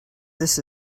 this